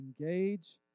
engage